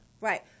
Right